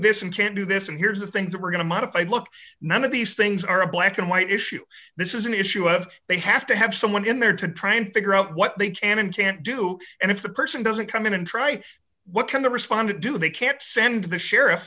this and can't do this and here's the things we're going to modify look none of these things are a black and white issue this is an issue of they have to have someone in there to try and figure out what they can and can't do and if the person doesn't come in and try what can the respondent do they can't send the sheriff